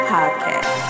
Podcast